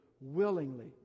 willingly